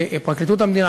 ופרקליטות המדינה,